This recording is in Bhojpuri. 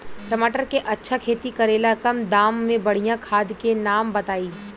टमाटर के अच्छा खेती करेला कम दाम मे बढ़िया खाद के नाम बताई?